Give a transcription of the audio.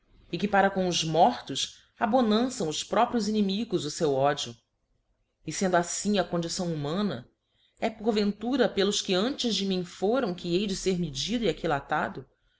e que para com os mortos abonançam os próprios inimigos o feu ódio e fendo aflim a condição humana é porventura pelos que antes de mim foram que hei de fer medido e aquilatado